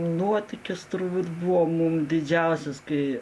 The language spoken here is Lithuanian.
nuotykis turbūt buvo mum didžiausias kai